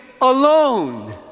alone